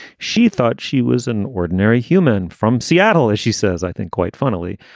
she thought she was an ordinary human from seattle, as she says. i think quite fondly.